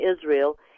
Israel